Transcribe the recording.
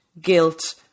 guilt